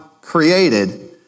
created